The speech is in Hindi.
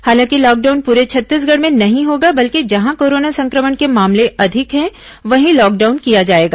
हालांकि लॉकडाउन पूरे छत्तीसगढ़ में नहीं होगा बल्कि जहां कोरोना संक्रमण के मामले अधिक हैं वहीं लॉकडाउन किया जाएगा